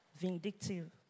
vindictive